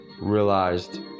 realized